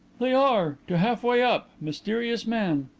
they are, to half-way up, mysterious man.